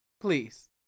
Please